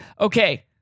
okay